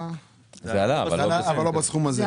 זה עלה אבל לא בסכום הזה.